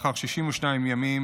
לאחר 62 ימים,